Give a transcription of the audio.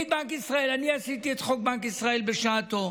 אני עשיתי את חוק בנק ישראל בשעתו.